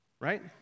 right